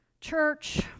church